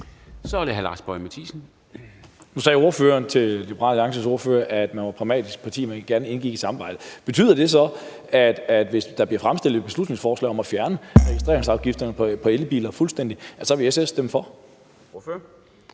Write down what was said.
Kl. 12:07 Lars Boje Mathiesen (NB): Nu sagde ordføreren til Liberal Alliances ordfører, at man var et pragmatisk parti, altså at man gerne indgik i samarbejdet. Betyder det så, at hvis der bliver fremsat et beslutningsforslag om fuldstændig at fjerne registreringsafgifterne på elbiler, så vil SF stemme for?